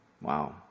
Wow